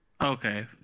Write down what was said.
Okay